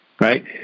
Right